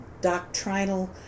doctrinal